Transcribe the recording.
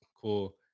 Cool